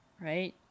right